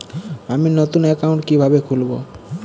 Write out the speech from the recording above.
আমি নতুন অ্যাকাউন্ট কিভাবে খুলব?